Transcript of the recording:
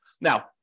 Now